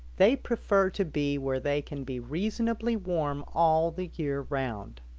they prefer to be where they can be reasonably warm all the year round.